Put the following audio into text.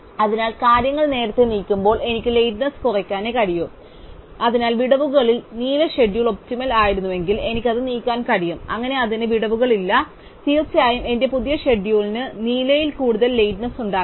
അതിനാൽ കാര്യങ്ങൾ നേരത്തേ നീക്കുമ്പോൾ എനിക്ക് ലേറ്റ്നെസ് കുറയ്ക്കാനേ കഴിയൂ അതിനാൽ വിടവുകളുള്ള നീല ഷെഡ്യൂൾ ഒപ്റ്റിമൽ ആയിരുന്നെങ്കിൽ എനിക്ക് അത് നീക്കാൻ കഴിയും അങ്ങനെ അതിന് വിടവുകളില്ല തീർച്ചയായും എന്റെ പുതിയ ഷെഡ്യൂളിന് നീലയിൽ കൂടുതൽ ലേറ്റൻസ് ഉണ്ടാകില്ല